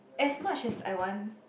as much as I want